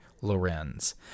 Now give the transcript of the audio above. Lorenz